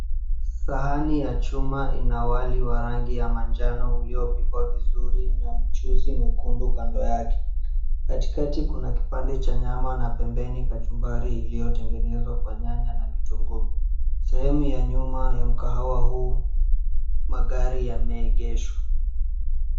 Sahani ya chuma ina wali wa rangi ya manjano uliopikwa vizuri na mchuzi mwekundu kando yake. Katikati kuna kipande cha nyama na pembeni kachumbari iliyotengenezwa kwa nyanya na vitunguu sehemu ya nyuma ya mkahawa huu magari yameegeshwa.